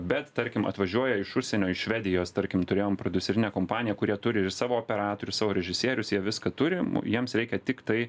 bet tarkim atvažiuoja iš užsienio iš švedijos tarkim turėjom prodiuserinę kompaniją kurie turi ir savo operatorius savo režisierius jie viską turi jiems reikia tiktai